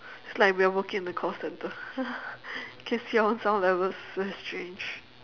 it's like we're working in the call centre can see our sound levels very strange